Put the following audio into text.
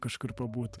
kažkur pabūt